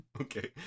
okay